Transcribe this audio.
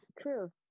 true